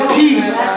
peace